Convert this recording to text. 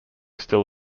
still